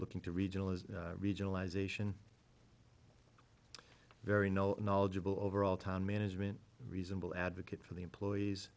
looking to regionalism regionalization very no knowledgeable overall time management reasonable advocate for the employees